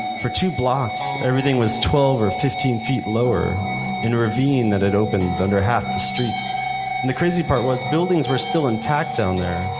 for two blocks, everything was twelve or fifteen feet lower in a ravine that had opened under half the street, and the crazy part was buildings were still intact down there.